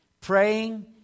Praying